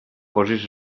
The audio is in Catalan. posis